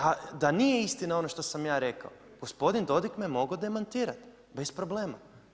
A da nije istina ono što sam ja rekao gospodin Dodig me mogao demantirati bez problema.